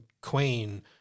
queen